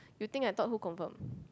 you think I thought who confirm